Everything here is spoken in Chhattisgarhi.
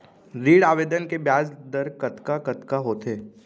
ऋण आवेदन के ब्याज दर कतका कतका होथे?